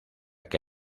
que